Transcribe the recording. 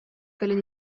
кэлэн